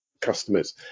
customers